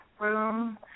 room